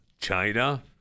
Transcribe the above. China